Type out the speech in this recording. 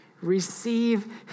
Receive